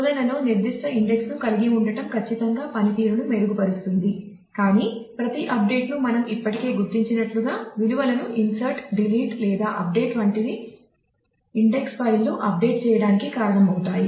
శోధనలో నిర్దిష్ట ఇండెక్స్ ను కలిగి ఉండటం ఖచ్చితంగా పనితీరును మెరుగుపరుస్తుంది కాని ప్రతి అప్డేట్ ను మనం ఇప్పటికే గుర్తించినట్లుగా విలువలను ఇన్సర్ట్ డిలీట్ లేదా అప్డేట్ వంటివి ఇండెక్స్ ఫైళ్ళను అప్డేట్ చేయడానికి కారణమవుతాయి